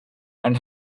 and